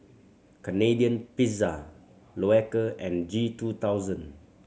Canadian Pizza Loacker and G two thousand